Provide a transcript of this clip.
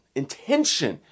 intention